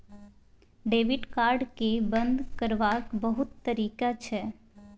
debit card केँ बंद करबाक बहुत तरीका छै